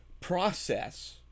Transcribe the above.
process